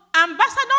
ambassador